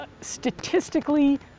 statistically